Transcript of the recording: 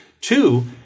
Two